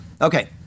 Okay